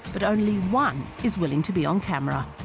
but only one is willing to be on camera